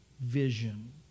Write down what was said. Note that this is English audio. vision